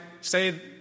say